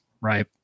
right